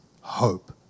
hope